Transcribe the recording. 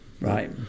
Right